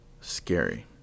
Scary